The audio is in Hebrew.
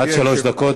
עד שלוש דקות.